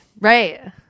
Right